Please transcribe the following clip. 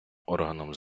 органом